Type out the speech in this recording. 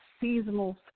Seasonal